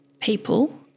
people